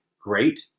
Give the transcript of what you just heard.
great